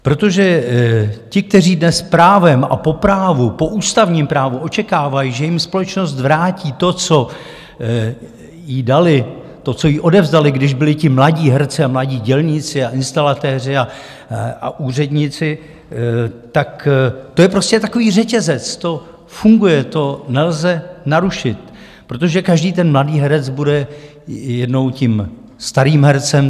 Protože ti, kteří dnes právem a po právu, po ústavním právu očekávají, že jim společnost vrátí to, co jí dali, to, co jí odevzdali, když byli ti mladí herci, mladí dělníci a instalatéři a úředníci, tak to je prostě takový řetězec, to funguje, to nelze narušit, protože každý ten mladý herec bude jednou tím starým hercem.